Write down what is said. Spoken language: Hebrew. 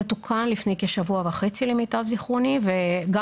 זה תוקן לפני כשבוע וחצי למיטב זכרוני וגם